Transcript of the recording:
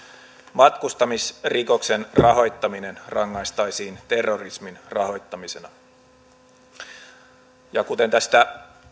matkustamisrikoksen rahoittaminen rangaistaisiin terrorismin rahoittamisena kuten tästä